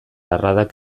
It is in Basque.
arradak